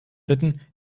bitten